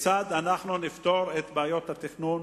כיצד נפתור את בעיות התכנון?